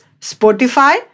Spotify